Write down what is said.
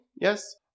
yes